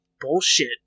bullshit